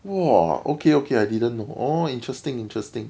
!wah! okay okay I didn't know orh interesting interesting